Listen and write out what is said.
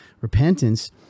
repentance